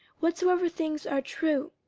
whatsoever things are true,